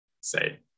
say